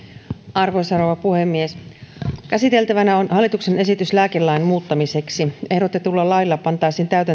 arvoisa rouva puhemies käsiteltävänä on hallituksen esitys lääkelain muuttamiseksi ehdotetulla lailla pantaisiin täytäntöön